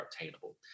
attainable